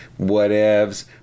whatevs